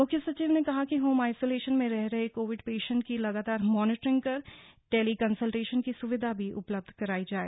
मुख्य सचिव ने कहा कि होम आईसोलेशन में रह रहे कोविड पेशेंट की लगातार मॉनिटरिंग कर टेली कन्सल्टेशन की सुविधा भी उपलब्ध करायी जाए